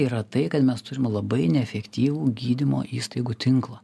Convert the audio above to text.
yra tai kad mes turim labai neefektyvų gydymo įstaigų tinklą